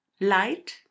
light